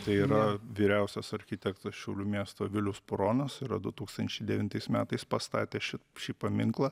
tai yra vyriausias architektas šiaulių miesto vilius puronas yra du tūkstančiai devintais metais pastatė ši šį paminklą